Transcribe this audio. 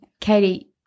Katie